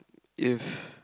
if